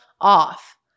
off